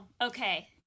Okay